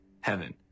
heaven